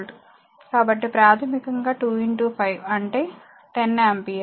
కాబట్టి ప్రాథమికంగా 2 5 అంటే 10 ఆంపియర్